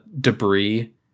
debris